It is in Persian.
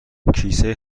کیسه